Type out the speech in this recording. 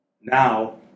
Now